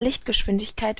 lichtgeschwindigkeit